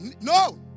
No